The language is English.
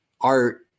art